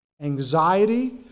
anxiety